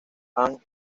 han